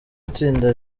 itsinda